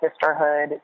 sisterhood